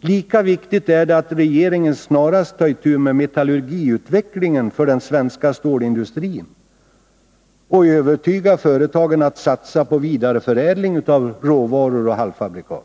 Men lika viktigt är det att regeringen snarast tar itu med metallurgiutvecklingen för den svenska stålindustrin och övertygar företagen om att de skall satsa på vidareförädling av råvaror och halvfabrikat.